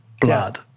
blood